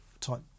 type